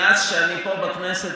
מאז שאני פה בכנסת,